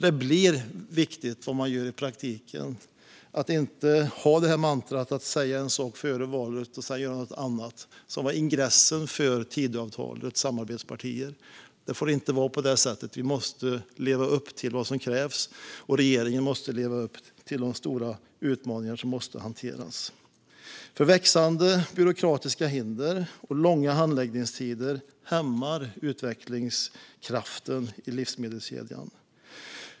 Det blir viktigt vad man gör i praktiken och att man inte har det här mantrat att man säger en sak före valet och sedan gör något annat som var ingressen för Tidöavtalets samarbetspartier. Det får inte vara på det sättet. Vi måste leva upp till vad som krävs, och regeringen måste leva upp till de stora utmaningar som ska hanteras. Växande byråkratiska hinder och långa handläggningstider hämmar utvecklingskraften i livsmedelskedjan.